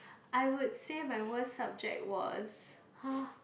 I would say my worst subject was ha